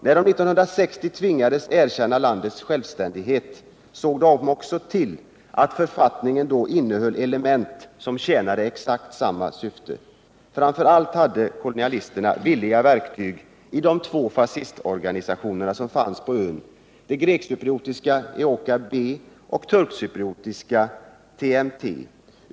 När de 1960 tvingades erkänna landets självständighet, såg de till att den nya författningen innehöll element som tjänade samma syfte. Framför allt hade kolonialisterna villiga verktyg i de två fascistorganisationer som fanns på ön, den grekcypriotiska Eoka-B och den turkcypriotiska TMT.